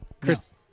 Chris